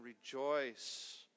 rejoice